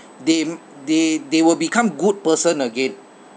they they they will become good person again